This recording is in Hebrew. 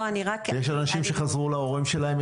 יש אנשים שחזרו להורים שלהם,